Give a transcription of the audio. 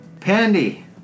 Pandy